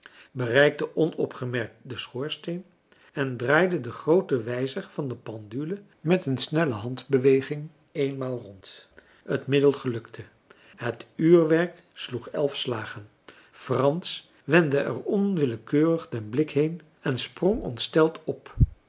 bereikte onopgemerkt den schoorsteen en draaide den grooten wijzer der pendule met een snelle handbeweging eenmaal rond het middel gelukte het uurwerk sloeg elf slagen frans wendde er onwillekeurig den blik heen en sprong ontsteld op